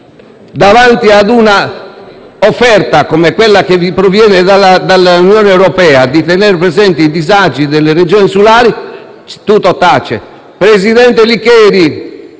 Davanti a un'offerta come quella che vi proviene dall'Unione europea di tenere presenti i disagi delle Regioni insulari, tutto tace. Presidente Licheri,